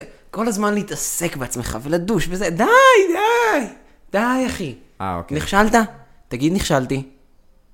כל הזמן להתעסק בעצמך ולדוש בזה. די! די! די, אחי. אה, אוקיי. נכשלת? תגיד נכשלתי.